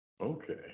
Okay